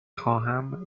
خواهم